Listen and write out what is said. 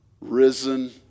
risen